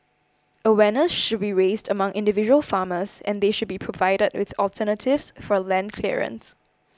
awareness should be raised among individual farmers and they should be provided with alternatives for land clearance